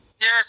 Yes